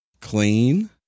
Clean